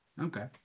okay